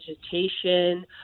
vegetation